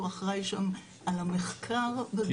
הוא אחראי שם על המחקר בבית החולים.